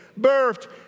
birthed